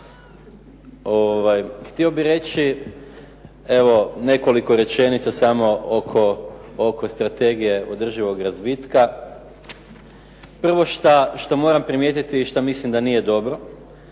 Htio bih reći nekoliko rečenica smo oko Strategije održivog razvitka. Prvo šta moram primijetiti i šta mislim da nije dobro